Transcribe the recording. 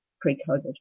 pre-COVID